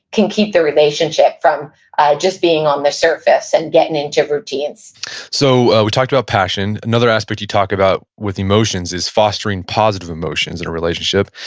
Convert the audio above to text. can keep the relationship from just being on the surface, and getting into routines so we talked about passion. another aspect you talk about with emotions is fostering positive emotions in a relationship.